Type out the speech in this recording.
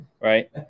Right